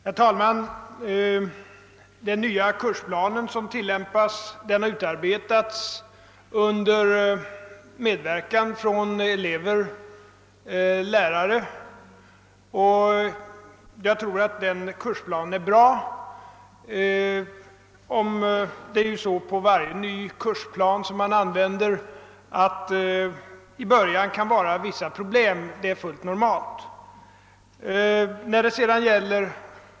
Herr talman! Den nya kursplan som tillämpas har utarbetats under medverkan av elever och lärare, och jag tror att den är bra. Men varje ny kursplan kan ju i början innebära vissa problem — det är fullt normalt.